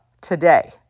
today